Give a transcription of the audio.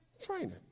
training